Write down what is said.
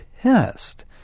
pissed